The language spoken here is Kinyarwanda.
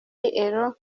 euro